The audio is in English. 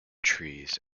trees